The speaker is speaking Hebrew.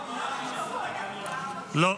--- לא.